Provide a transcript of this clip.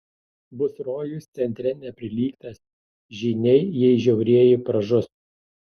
bus rojus centre neprilygtas žyniai jei žiaurieji pražus